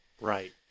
Right